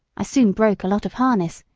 i soon broke a lot of harness,